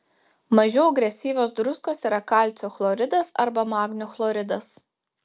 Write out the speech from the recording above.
mažiau agresyvios druskos yra kalcio chloridas arba magnio chloridas